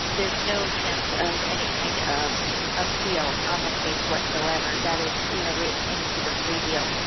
there's no chance of any kind of appeal on the case whatsoever. that is you know written into the plea deal.